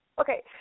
Okay